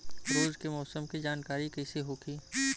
रोज के मौसम के जानकारी कइसे होखि?